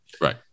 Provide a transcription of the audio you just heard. Right